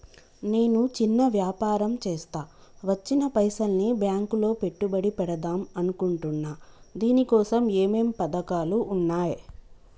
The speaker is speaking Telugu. నేను చిన్న వ్యాపారం చేస్తా వచ్చిన పైసల్ని బ్యాంకులో పెట్టుబడి పెడదాం అనుకుంటున్నా దీనికోసం ఏమేం పథకాలు ఉన్నాయ్?